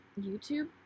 YouTube